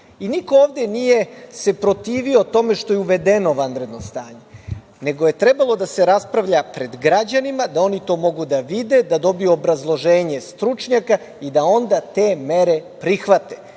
i niko se ovde nije protivio tome što je uvedeno vanredno stanje, nego je trebalo da se raspravlja pred građanima, da oni to mogu da vide, da dobiju obrazloženje stručnjaka i da onda te mere prihvate.